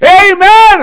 Amen